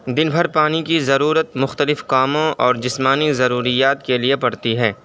دن بھر پانی کی ضرورت مختلف کاموں اور جسمانی ضروریات کے لیے پڑتی ہے